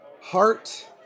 heart